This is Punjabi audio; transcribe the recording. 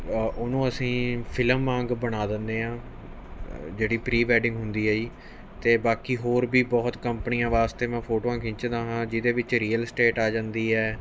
ਉਹਨੂੰ ਅਸੀਂ ਫਿਲਮ ਵਾਂਗ ਬਣਾ ਦਿੰਦੇ ਹਾਂ ਜਿਹੜੀ ਪ੍ਰੀ ਵੈਡਿੰਗ ਹੁੰਦੀ ਹੈ ਜੀ ਅਤੇ ਬਾਕੀ ਹੋਰ ਵੀ ਬਹੁਤ ਕੰਪਨੀਆਂ ਵਾਸਤੇ ਮੈਂ ਫੋਟੋਆਂ ਖਿੱਚਦਾ ਹਾਂ ਜਿਹਦੇ ਵਿੱਚ ਰੀਅਲ ਸਟੇਟ ਆ ਜਾਂਦੀ ਹੈ